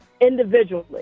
individually